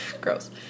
Gross